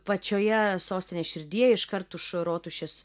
pačioje sostinės širdyje iškart už rotušės